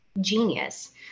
genius